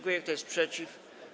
Kto jest przeciw?